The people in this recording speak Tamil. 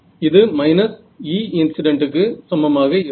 இது மைனஸ் E இன்ஸிடண்ட் க்கு சமமாக இருக்கும்